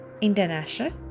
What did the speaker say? International